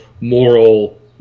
moral